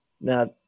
Now